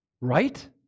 Right